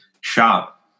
shop